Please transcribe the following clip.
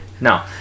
No